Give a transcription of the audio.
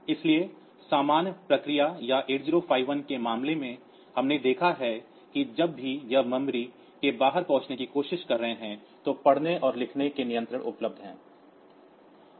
इसलिए सामान्य प्रक्रिया या 8085 के मामले में हमने देखा है कि जब भी हम मेमोरी के बाहर पहुंचने की कोशिश कर रहे हैं तो पढ़ने और लिखने के नियंत्रण उपलब्ध हैं